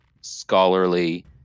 scholarly